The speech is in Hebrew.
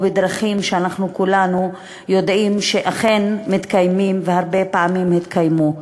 או בדרכים שאנחנו כולנו יודעים שאכן מתקיימות והרבה פעמים התקיימו.